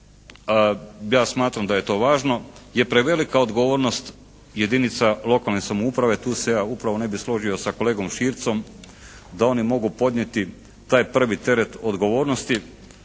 ja smatram da je to važno, je prevelika odgovornost jedinica lokalne samouprave. Tu se ja upravo ne bi složio sa kolegom Šircom da oni mogu podnijeti taj prvi teret odgovornosti